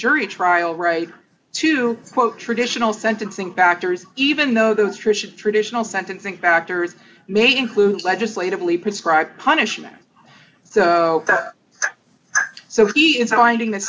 jury trial right to quote traditional sentencing factors even though those trisha traditional sentencing factors may include legislatively prescribed punishment so so he is allowing th